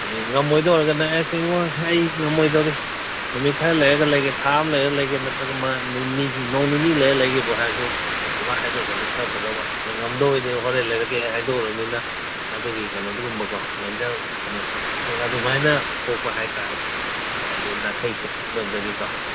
ꯍꯥꯏꯗꯤ ꯉꯝꯃꯣꯏꯗꯧ ꯑꯣꯏꯔꯒꯅ ꯑꯦ ꯁꯦ ꯏꯕꯨꯡꯉꯣ ꯑꯩ ꯉꯝꯃꯣꯏꯗꯧꯔꯤ ꯅꯨꯃꯤꯠ ꯈꯔ ꯂꯩꯔꯒ ꯂꯩꯒꯦ ꯊꯥ ꯑꯃ ꯂꯩꯔ ꯂꯩꯒꯦ ꯅꯠꯇ꯭ꯔꯒ ꯅꯣꯡ ꯅꯤꯅꯤ ꯂꯩꯔ ꯂꯩꯒꯦꯕꯨ ꯍꯥꯏꯔꯁꯨ ꯑꯗꯨꯃꯥꯏꯅ ꯍꯥꯏꯗꯣꯛꯈ꯭ꯔꯗꯤ ꯈꯔ ꯐꯗꯧꯕ ꯑꯗꯒꯤ ꯉꯝꯗꯧ ꯑꯣꯏꯔꯗꯤ ꯍꯣꯔꯦꯟ ꯂꯩꯔꯛꯀꯦ ꯍꯥꯏꯗꯣꯛꯎꯔꯃꯤꯅ ꯑꯗꯨꯒꯤ ꯀꯩꯅꯣ ꯑꯗꯨꯒꯨꯝꯕꯀꯣ ꯃꯦꯟꯇꯦꯜ ꯀꯩꯅꯣꯁꯦ ꯑꯗꯨꯃꯥꯏꯅ ꯊꯣꯛꯄ ꯍꯥꯏꯇꯥꯔꯦ ꯍꯥꯏꯗꯤ ꯅꯥꯈꯩ ꯁꯦꯡꯗꯣꯛꯅꯍꯧꯗꯕꯗꯒꯤꯀꯣ